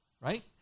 right